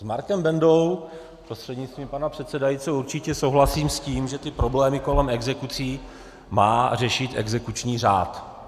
S Markem Bendou prostřednictvím pana předsedajícího určitě souhlasím s tím, že ty problémy kolem exekucí má řešit exekuční řád.